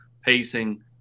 pacing